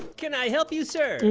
can i help you, sir?